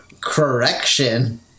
correction